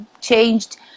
changed